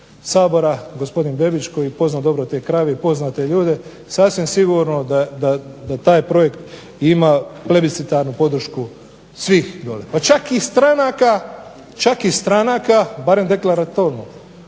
Sabora, gospodin Bebić koji pozna dobro te krajeve, pozna te ljude, sasvim sigurno da taj projekt ima plebiscitarnu podršku svih dole. Čak i stranaka barem deklaratorno,